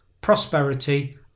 prosperity